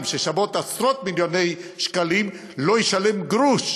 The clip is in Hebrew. ששוות עשרות-מיליוני שקלים לא ישלם גרוש,